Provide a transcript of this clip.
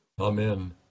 Amen